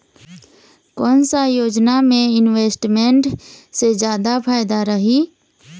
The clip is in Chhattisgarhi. कोन सा योजना मे इन्वेस्टमेंट से जादा फायदा रही?